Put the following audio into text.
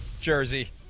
jersey